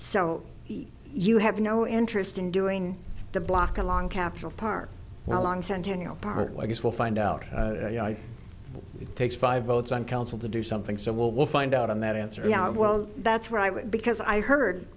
so you have no interest in doing the block along capitol park along centennial park i guess we'll find out takes five votes on council to do something so well we'll find out on that answer yeah well that's where i would because i heard